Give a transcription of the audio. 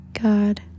God